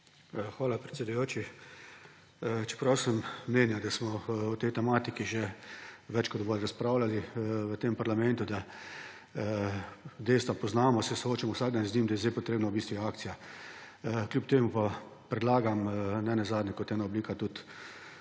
Hvala, predsedujoči. Čeprav sem mnenja, da smo o tej tematiki že več kot dovolj razpravljali v tem parlamentu, dejstva poznamo, se soočamo vsak dan z njimi, da je zdaj potrebna v bistvu akcija. Kljub temu pa predlagam, nenazadnje kot eno obliko